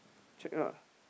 check ah